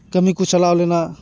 ᱠᱟᱹᱢᱤ ᱠᱚ ᱪᱟᱞᱟᱣ ᱞᱮᱱᱟ